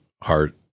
heart